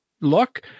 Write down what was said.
look